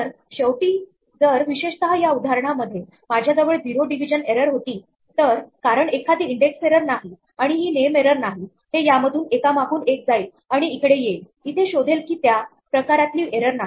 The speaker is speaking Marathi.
तर शेवटी जर विशेषतः या उदाहरणामध्ये माझ्याजवळ झिरो डिव्हिजन एरर होती तर कारण एखादी इंडेक्स एरर नाही आणि ही नेम एरर नाही हे यामधून एकामागून एक जाईल आणि इकडे येईल इथे शोधेल की की त्या प्रकारातली एरर नाही